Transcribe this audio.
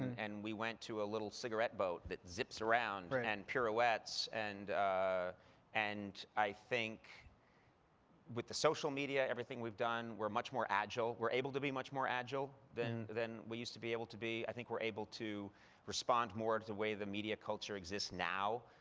and we went to a little cigarette boat that zips around, and and pirouettes. and ah and i think with the social media everything we've done, we're much more agile. we're able to be much more agile than than we used to be able to be. i think we're able to respond more to the way the media culture exists now.